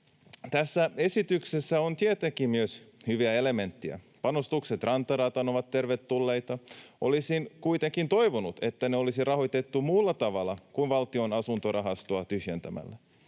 Tässä esityksessä on tietenkin myös hyviä elementtejä. Panostukset rantarataan ovat tervetulleita. Olisin kuitenkin toivonut, että ne olisi rahoitettu muulla tavalla kuin Valtion asuntorahastoa tyhjentämällä.